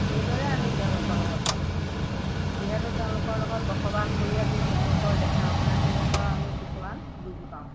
সেইদৰে আমি তেওঁলোকৰ লগত পাতো যিহেতু তেওঁলোকৰ লগত বসবাস কৰি আছো তেওঁলোকৰ দেখা শুনাখিনি পৰা আমি কিছুমান বুজি পাওঁ